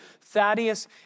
Thaddeus